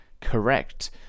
correct